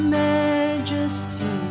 majesty